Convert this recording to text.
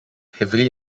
heavily